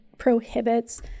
prohibits